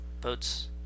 boats